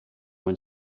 when